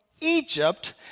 Egypt